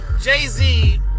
Jay-Z